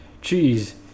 cheese